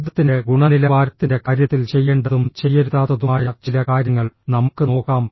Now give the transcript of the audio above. ശബ്ദത്തിന്റെ ഗുണനിലവാരത്തിന്റെ കാര്യത്തിൽ ചെയ്യേണ്ടതും ചെയ്യരുതാത്തതുമായ ചില കാര്യങ്ങൾ നമുക്ക് നോക്കാം